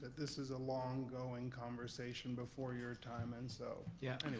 this is a long going conversation before your time. and so, yeah